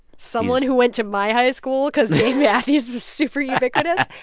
someone who went to my high school because dave matthews was super ubiquitous